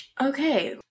okay